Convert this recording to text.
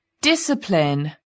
discipline